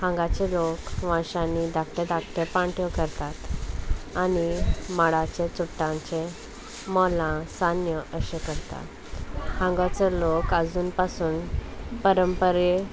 हांगाचे लोक वांशांनी धाकटे धाकट्यो पांट्यो करतात आनी माडाचे चुट्टांचे मोलां सान्यो अशें करता हांगाचो लोक आजून पासून परंपरे